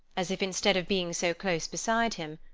as if instead of being so close beside him,